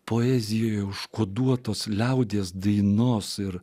poezijoje užkoduotos liaudies dainos ir